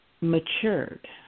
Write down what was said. matured